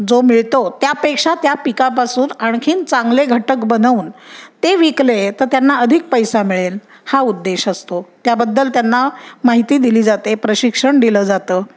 जो मिळतो त्यापेक्षा त्या पिकापासून आणखी चांगले घटक बनवून ते विकले तर त्यांना अधिक पैसा मिळेल हा उद्देश असतो त्याबद्दल त्यांना माहिती दिली जाते प्रशिक्षण दिलं जातं